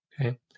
Okay